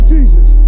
Jesus